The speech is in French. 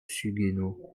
suguenot